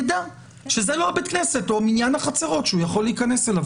ידע שזה לא הבית כנסת או מניין החצרות שהוא יכול להיכנס אליו.